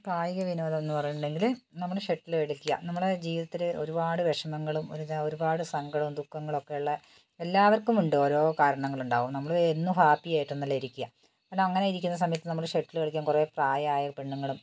കായിക വിനോദം എന്നു പറയുന്നുണ്ടെങ്കിൽ നമ്മൾ ഷട്ടിൽ കളിക്കുക നമ്മളെ ജീവിതത്തിൽ ഒരുപാട് വിഷമങ്ങളും ഒരു ഒരുപാട് സങ്കടവും ദുഖങ്ങളൊക്കെയുള്ള എല്ലാവർക്കുമുണ്ട് ഓരോ കാരണങ്ങളുണ്ടാവും നമ്മൾ എന്നും ഹാപ്പിയായിട്ടൊന്നുമല്ല ഇരിക്കുക എന്നാൽ അങ്ങനെയിരിക്കുന്ന സമയത്ത് നമ്മൾ ഷട്ടിൽ കളിക്കാൻ കുറേ പ്രായമായ പെണ്ണുങ്ങളും